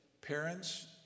parents